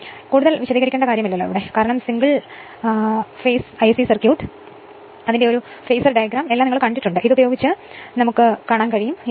അതിനാൽ കൂടുതൽ വിശദീകരിക്കേണ്ടതില്ല കാരണം single phase AC circuit phasor diagram എല്ലാം കണ്ടിട്ടുണ്ട് ഇതുപയോഗിച്ച് ഇത് a